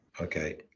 Okay